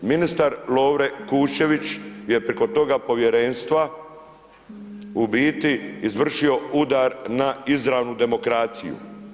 Ministar Lovro Kuščević je preko toga povjerenstva u biti izvršio udar na izravnu demokraciju.